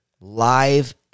live